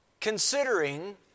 considering